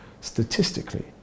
Statistically